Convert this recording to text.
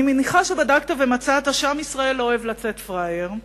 אני מניחה שבדקת ומצאת שעם ישראל לא אוהב לצאת פראייר,